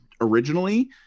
originally